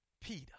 Peter